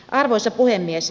arvoisa puhemies